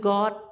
God